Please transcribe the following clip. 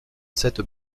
cette